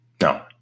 No